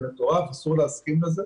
זה מטורף ואסור להסכים לזה.